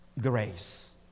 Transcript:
grace